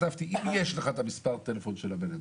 אמרתי: אם יש לך את מספר הטלפון של האדם.